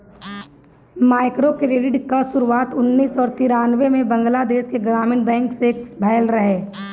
microcredit कअ शुरुआत उन्नीस और तिरानबे में बंगलादेश के ग्रामीण बैंक से भयल रहे